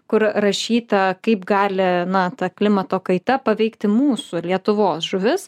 kur rašyta kaip gali na ta klimato kaita paveikti mūsų lietuvos žuvis